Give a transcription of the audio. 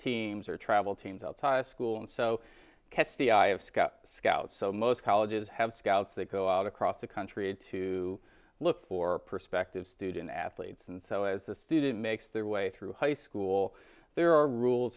teams or travel teams altai school and so catch the eye of scout scouts so most colleges have scouts that go out across the country to look for prospective student athletes and so as the student makes their way through high school there are rules